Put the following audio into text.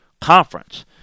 conference